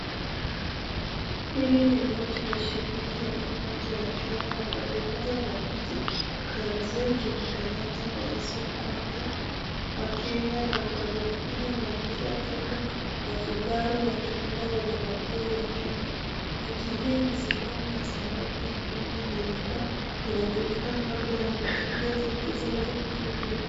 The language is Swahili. Hili ni noti ya shilingi elfu moja ya Kenya, upande mmoja una picha ya mzee Jomo Kenyatta rais wa kwanza wa Kenya na upande mwingine unaonyesha tembo na vifaru wakilinda wanyama pori wa Kenya, noti hii ni sehemu ya sarafu ya Kenya na ilikuwa inatumika kabla ya noti mpya za kisasa kipya.